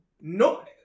No